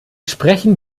sprechen